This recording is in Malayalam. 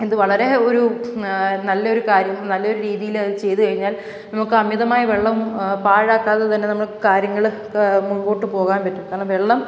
ഇത് വളരെ ഒരു നല്ലൊരു കാര്യം നല്ലൊരു രീതിയിൽ അത് ചെയ്ത് കഴിഞ്ഞാൽ നമുക്ക് അമിതമായ വെള്ളം പാഴാക്കാതെ തന്നെ നമ്മൾ കാര്യങ്ങൾ ഒക്കെ മുമ്പോട്ട് പോകാൻ പറ്റും കാരണം വെള്ളം